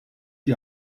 die